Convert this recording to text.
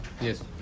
Yes